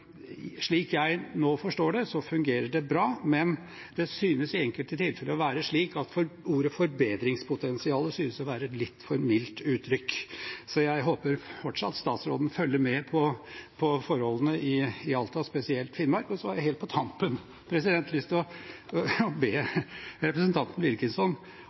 Slik jeg nå forstår det, fungerer det bra, men det synes i enkelte tilfeller å være slik at ordet «forbedringspotensial» er et litt for mildt uttrykk. Så jeg håper fortsatt statsråden følger med på forholdene i Finnmark, og spesielt Alta. Helt på tampen har jeg lyst til å be representanten Wilkinson